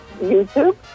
YouTube